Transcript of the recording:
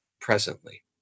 presently